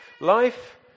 Life